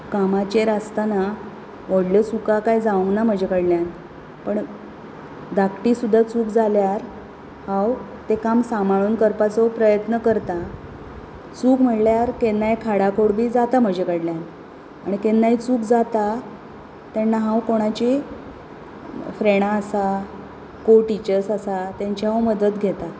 कामाचेर आसताना व्हडल्यो चुका कांय जावंक ना म्हजे कडल्यान पण धाकटी सुद्दा चूक जाल्यार हांव तें काम सांबाळून करपाचो प्रयत्न करतां चूक म्हळ्यार केन्नाय खाडाखोड बी जाता म्हजे कडल्यान आनी केन्नाय चूक जाता तेन्ना हांव कोणाचे फ्रॅंडा आसा को टिचर्स आसा तेंची हांव मद्दत घेता